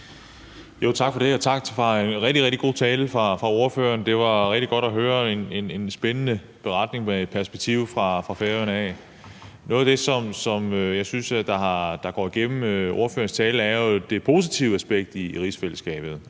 Tak for det, og tak for en rigtig, rigtig god tale fra ordføreren. Det var rigtig godt at høre en spændende beretning med et perspektiv fra Færøerne af. Noget af det, som jeg synes går igennem ordførerens tale, er jo det positive aspekt ved rigsfællesskabet,